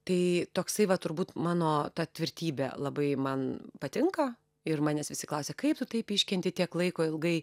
tai toksai va turbūt mano ta tvirtybė labai man patinka ir manęs visi klausia kaip tu taip iškenti tiek laiko ilgai